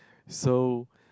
so